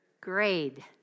Grade